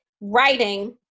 writing